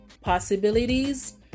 possibilities